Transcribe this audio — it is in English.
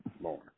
more